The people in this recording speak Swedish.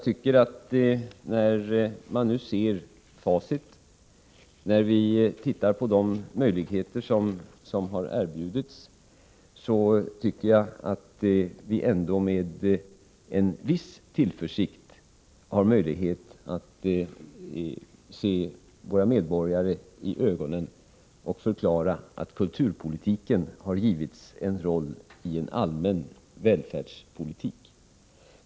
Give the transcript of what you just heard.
När man nu ser facit och tittar på de möjligheter som har erbjudits tycker jag att vi ändå med en viss tillförsikt kan se våra medborgare i ögonen och förklara att kulturpolitiken har givits en roll i en allmän välfärdspolitik.